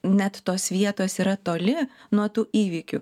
net tos vietos yra toli nuo tų įvykių